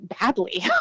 badly